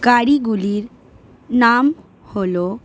গাড়িগুলির নাম হলো